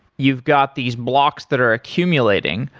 you've got these blocks that are accumulating.